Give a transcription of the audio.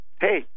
Hey